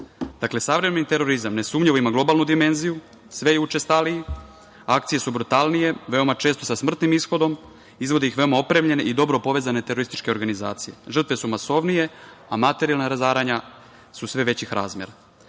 savremeni terorizam nesumnjivo ima globalnu dimenziju, sve je učestaliji, akcije su brutalnije, veoma često sa smrtnim ishodom, izvode ih veoma opremljene i dobro povezane terorističke organizacije. Žrtve su masovnije, a materijalna razaranja su sve većih razmera. Stoga